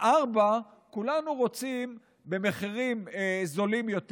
4. כולנו רוצים מחירים זולים יותר.